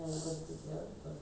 let's see ah how